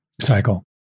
cycle